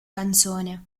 canzone